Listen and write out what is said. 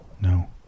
No